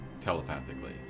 telepathically